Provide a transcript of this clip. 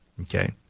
Okay